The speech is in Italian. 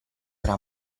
era